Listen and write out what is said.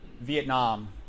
Vietnam